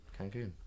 Cancun